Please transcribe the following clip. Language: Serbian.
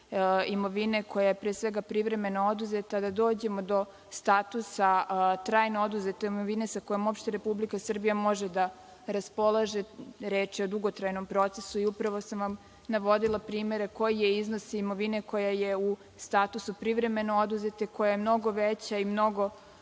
imovine koja je privremeno oduzeta, da dođemo do statusa trajno oduzete imovine sa kojom Republika Srbije može da raspolaže. Reč je o dugotrajnom procesu i upravo sam navodila primere koji je iznos imovine koja je u statusu privremeno oduzete, koja je mnogo veća i mnogo